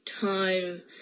time